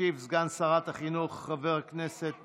ישיב סגן שרת החינוך חבר הכנסת